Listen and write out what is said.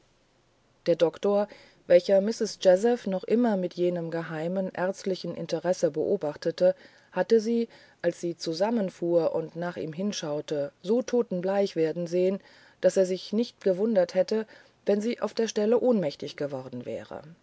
der doktor welcher mistreß jazeph immer noch mit jenem geheimen ärztlichen interesse beobachtete hatte sie als sie zusammenfuhr und nach ihm hinschaute so totenbleich werden sehen daß er sich nicht gewundert hätte wenn sie auf der stelle ohnmächtig geworden wäre